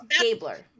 Gabler